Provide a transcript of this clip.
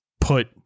put